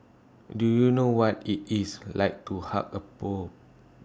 do you know what IT is like to hug A pope